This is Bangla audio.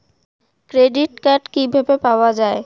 ক্রেডিট কার্ড কিভাবে পাওয়া য়ায়?